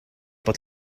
bod